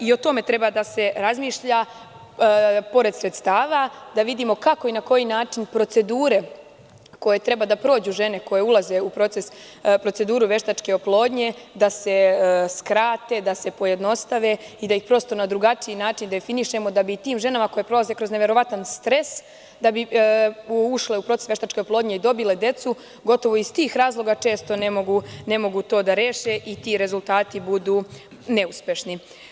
O tome treba da se razmišlja, pored sredstava, da vidimo kako i na koji način procedure koje treba da prođu žene koje ulaze u proces veštačke oplodnje, da se skrate, pojednostave, i da ih prosto na drugačiji način definišemo, da bi tim ženama koje prolaze kroz neverovatan stres, da bi ušle u proces veštačke oplodnje i dobile decu, gotovo iz tih razloga ne mogu to da reše i ti rezultati budu neuspešni.